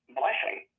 blessing